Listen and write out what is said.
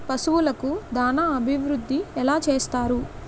పశువులకు దాన అభివృద్ధి ఎలా చేస్తారు?